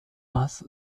bus